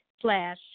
slash